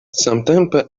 samtempe